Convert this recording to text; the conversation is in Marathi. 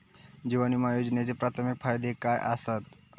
जीवन विमा योजनेचे प्राथमिक फायदे काय आसत?